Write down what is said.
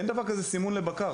אין דבר כזה סימון לבקר,